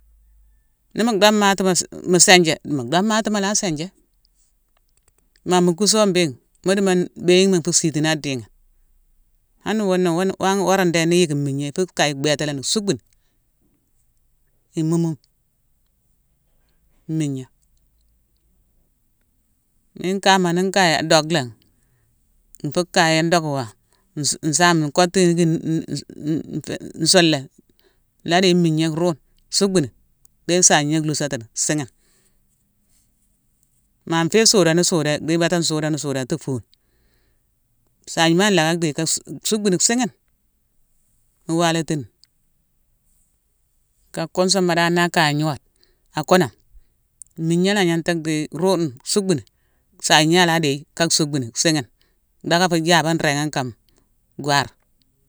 ni mo domatima su- mu- sinjé, mu domatima la sinjé. Ma mu kus so mbéghine, mu dimo béyigine nfu sitini a dighima. Han wunawo- wune- wan- woré- déne ni iyick mmigna ifu kaye bhétalani, suckbuni, i mumu migna. Mine kama ni nkaye dock laghi, nfu kaye an dockewame nsu- nsaame nkoctu yicki n- n- n- n- nfé-nsulé, nlaa déye migna ruune, suckbuni, déye sayigna lusatini sighine. Ma nfé suudani suudé; dhi baté nsuudani- suudé ti fuune. Sayigna ma lacka déye- ka- su- suckbuni siighine, mu walatini. Nka kunsuma dan naa akaya agnode, akonome, migna la agnanta déye ruune, suckbuni. Sayigna a la déye ka suckbuni singhine, dhacké fu yabé nréghane kama gwar.